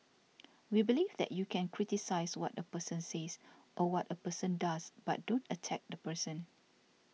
we believe that you can criticise what a person says or what a person does but don't attack the person